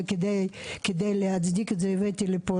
וכדי להצדיק את זה הבאתי לפה,